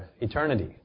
eternity